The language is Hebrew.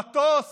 המטוס